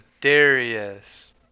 Darius